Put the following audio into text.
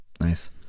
nice